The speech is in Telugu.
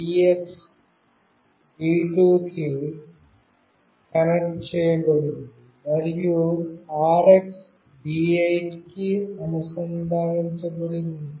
TX D2 కి కనెక్ట్ చేయబడింది మరియు RX D8 కి అనుసంధానించబడి ఉంది